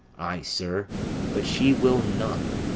ay, sir but she will none,